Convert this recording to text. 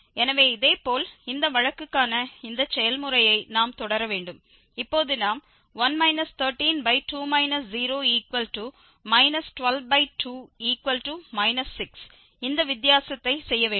எனவே இதேபோல் இந்த வழக்குக்கான இந்த செயல்முறையை நாம் தொடர வேண்டும் இப்போது நாம் 1 132 0 122 6 இந்த வித்தியாசத்தை செய்ய வேண்டும்